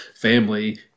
family